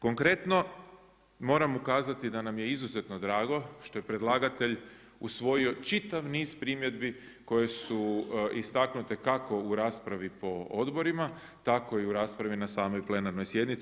Konkretno moram ukazati da nam je izuzetno drago što je predlagatelj usvojio čitav niz primjedbi koje su istaknute kako u raspravi po odborima, tako i u raspravi na samoj plenarnoj sjednici.